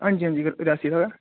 हां जी हां जी रियासी दा गै